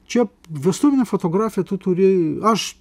čia vestuvinė fotografija tu turi aš